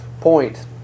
point